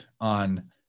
on